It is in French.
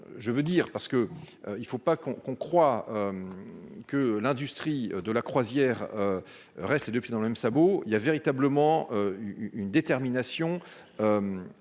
je veux dire, parce que il ne faut pas qu'on qu'on croit que l'industrie de la croisière reste les 2 pieds dans le même sabot, il y a véritablement une détermination